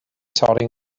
torri